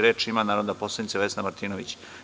Reč ima narodna poslanica Vesna Martinović.